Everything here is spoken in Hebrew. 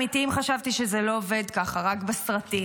חשבתי שזה לא עובד ככה בחיים האמיתיים, רק בסרטים.